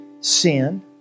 sin